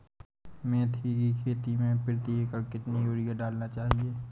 मेथी के खेती में प्रति एकड़ कितनी यूरिया डालना चाहिए?